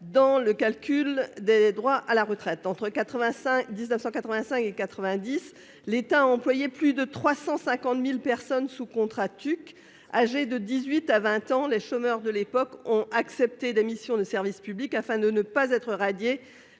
dans le calcul des droits à la retraite. Entre 1985 et 1990, l'État a employé plus de 350 000 personnes sous contrat « TUC ». Âgés de 18 à 20 ans, les chômeurs de l'époque ont accepté des missions de service public afin de ne pas être radiés